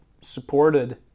supported